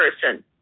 person